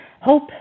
hope